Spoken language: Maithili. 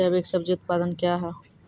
जैविक सब्जी उत्पादन क्या हैं?